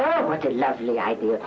my what a lovely idea